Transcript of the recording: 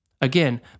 Again